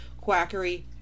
quackery